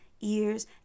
ears